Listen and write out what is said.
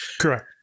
Correct